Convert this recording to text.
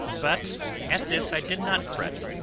but at this i did not fret,